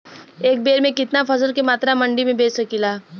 एक बेर में कितना फसल के मात्रा मंडी में बेच सकीला?